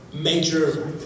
major